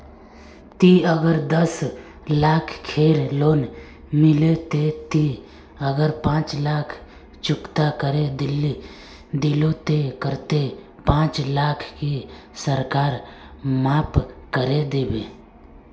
ती अगर दस लाख खेर लोन लिलो ते ती अगर पाँच लाख चुकता करे दिलो ते कतेक पाँच लाख की सरकार माप करे दिबे?